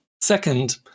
second